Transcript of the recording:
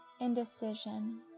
indecision